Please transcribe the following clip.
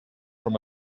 from